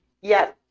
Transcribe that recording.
Yes